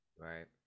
Right